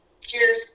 Cheers